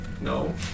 no